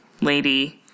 lady